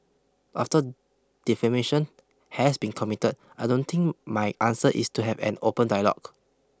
after defamation has been committed I don't think my answer is to have an open dialogue